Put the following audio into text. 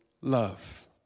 love